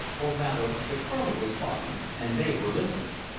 or rather the colonel was talking and they were listening.